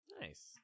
Nice